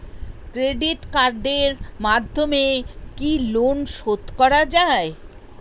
Credit কার্ডের মাধ্যমে কি লোন শোধ করা যায়?